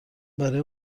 برای